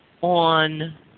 on